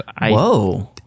Whoa